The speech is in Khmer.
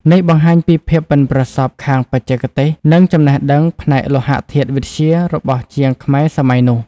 នេះបង្ហាញពីភាពប៉ិនប្រសប់ខាងបច្ចេកទេស និងចំណេះដឹងផ្នែកលោហធាតុវិទ្យារបស់ជាងខ្មែរសម័យនោះ។